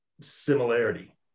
similarity